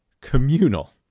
communal